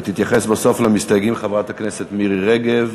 תתייחס בסוף למסתייגים חברת הכנסת מירי רגב,